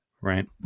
right